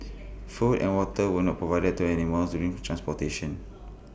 food and water were not provided to animals during transportation